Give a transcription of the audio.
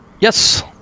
yes